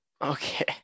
Okay